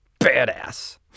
badass